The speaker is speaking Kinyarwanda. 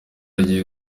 agiye